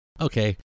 okay